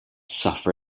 suffer